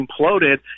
imploded